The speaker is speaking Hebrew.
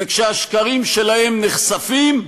וכשהשקרים שלהם נחשפים,